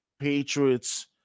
Patriots